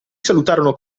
salutarono